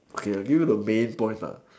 okay I give you the main points lah